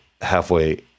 halfway